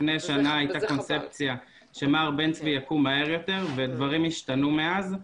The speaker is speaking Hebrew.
לפי שנה הייתה קונספציה שמע"ר בן צבי יקום מהר יותר ודברים התשנו מאז,